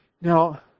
Now